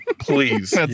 please